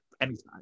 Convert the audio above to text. anytime